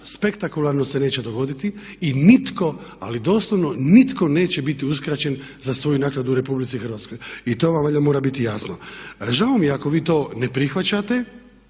spektakularno se neće dogoditi i nitko, ali doslovno nitko neće biti uskraćen za svoju naknadu u RH. I to vam valjda mora biti jasno. A žao mi je ako vi to ne prihvaćate,